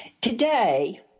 Today